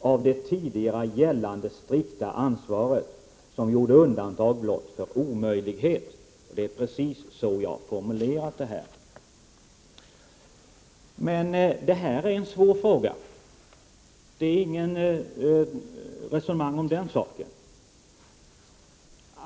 av det tidigare gällande strikta ansvaret som gjorde undantag blott för omöjlighet. Det är precis på detta sätt som jag har formulerat detta. Men detta är en svår fråga.